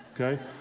okay